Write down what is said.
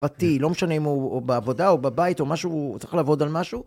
פרטי, לא משנה אם הוא בעבודה או בבית או משהו, הוא צריך לעבוד על משהו.